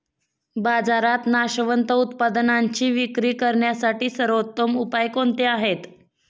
बाजारात नाशवंत उत्पादनांची विक्री करण्यासाठी सर्वोत्तम उपाय कोणते आहेत?